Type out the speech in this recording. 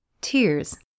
Tears